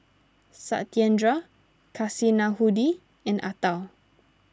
Satyendra Kasinadhudi and Atal